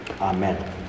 Amen